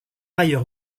ailleurs